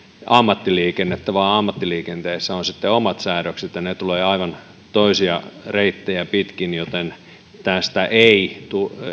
ammattiliikennettä vaan ammattiliikenteessä on sitten omat säädökset ja ne tulevat aivan toisia reittejä pitkin joten tästä ei